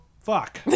Fuck